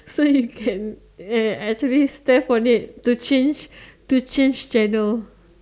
so you can actually step on it to change to change channel